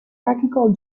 practical